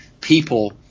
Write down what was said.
people